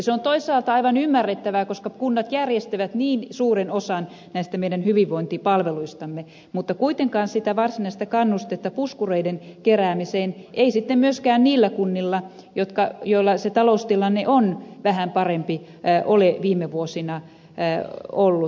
se on toisaalta aivan ymmärrettävää koska kunnat järjestävät niin suuren osan näistä meidän hyvinvointipalveluistamme mutta kuitenkaan sitä varsinaista kannustetta puskureiden keräämiseen ei sitten myöskään niillä kunnilla joilla se taloustilanne on vähän parempi ole viime vuosina ollut